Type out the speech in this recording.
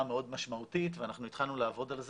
מאוד משמעותית ואנחנו התחלנו לעבוד על זה,